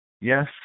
yes